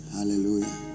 Hallelujah